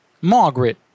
Margaret